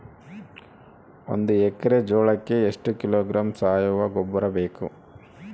ಒಂದು ಎಕ್ಕರೆ ಜೋಳಕ್ಕೆ ಎಷ್ಟು ಕಿಲೋಗ್ರಾಂ ಸಾವಯುವ ಗೊಬ್ಬರ ಬೇಕು?